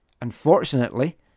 Unfortunately